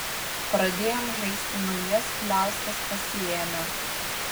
pradėjom žaisti naujas pliauskas pasiėmę